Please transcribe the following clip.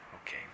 Okay